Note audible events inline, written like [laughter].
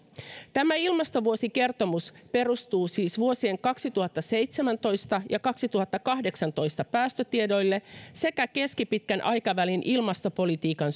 tämä ilmastovuosikertomus perustuu siis vuosien kaksituhattaseitsemäntoista ja kaksituhattakahdeksantoista päästötietoihin sekä keskipitkän aikavälin ilmastopolitiikan [unintelligible]